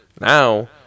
Now